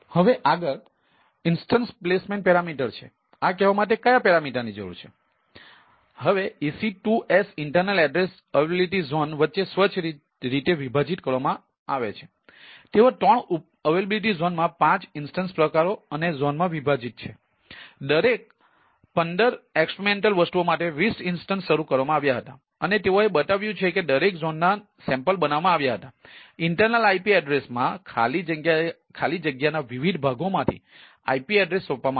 હવે આગળ instance placement parameter રીતે ફાળવવામાં આવે છે